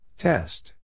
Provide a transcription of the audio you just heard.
Test